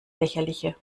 lächerliche